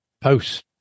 post